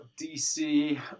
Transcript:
DC